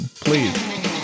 Please